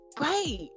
Right